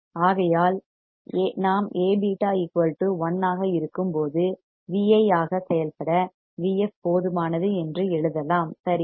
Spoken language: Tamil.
ஆகையால் நாம் Aβ 1 ஆக இருக்கும்போது Vi ஆக செயல்பட Vf போதுமானது என்று எழுதலாம் சரியா